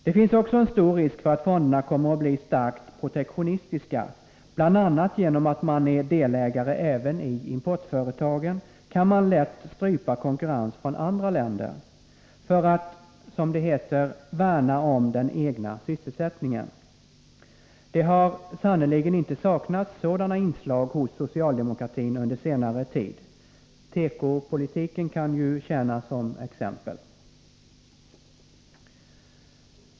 Det finns också stor risk för att fonderna kommer att bli starkt protektionistiska. Bl. a. genom att man är delägare i även importföretagen kan man lätt strypa konkurrens från andra länder för att ”värna om den egna sysselsättningen”. Det har sannerligen inte saknats sådana inslag hos socialdemokratin under senare tid. Teko-politiken kan tjäna som exempel.